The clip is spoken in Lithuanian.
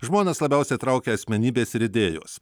žmones labiausiai traukia asmenybės ir idėjos